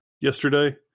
yesterday